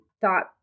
thought